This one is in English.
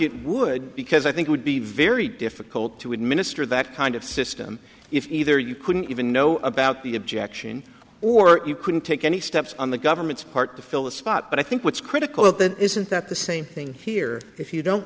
it would because i think would be very difficult to administer that kind of system if either you couldn't even know about the objection or you couldn't take any steps on the government's part to fill that spot but i think what's critical of that isn't that the same thing here if you don't